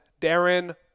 Darren